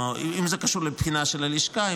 קשור לבחינה של הלשכה,